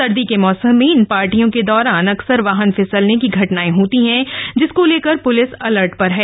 सर्दी के मौसम में इन पार्टियों के दौरान अक्सर वाहन फिसलनें की घटनाएं होती हैं जिसको लेकर प्लिस अलर्ट पर है